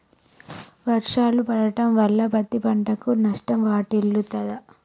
వర్షాలు పడటం వల్ల పత్తి పంటకు నష్టం వాటిల్లుతదా?